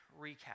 recap